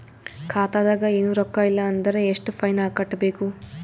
ಖಾತಾದಾಗ ಏನು ರೊಕ್ಕ ಇಲ್ಲ ಅಂದರ ಎಷ್ಟ ಫೈನ್ ಕಟ್ಟಬೇಕು?